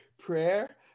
prayer